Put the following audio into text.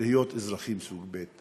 להיות אזרחים סוג ב'.